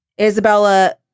Isabella